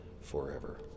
forever